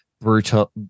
Brutal